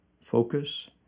focus